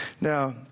Now